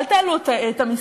אל תעלו את המסים.